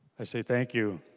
i say thank you.